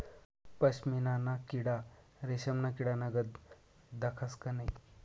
पशमीना ना किडा रेशमना किडानीगत दखास का नै